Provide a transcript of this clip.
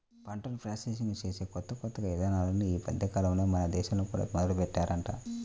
పంటను ప్రాసెసింగ్ చేసే కొత్త కొత్త ఇదానాలు ఈ మద్దెకాలంలో మన దేశంలో కూడా మొదలుబెట్టారంట